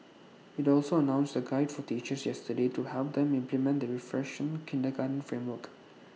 IT also announced A guide for teachers yesterday to help them implement the refreshed kindergarten framework